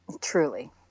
truly